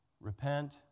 repent